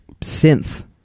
synth